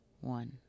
one